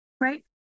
right